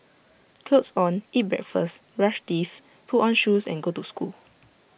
clothes on eat breakfast brush teeth put on shoes and go to school